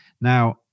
Now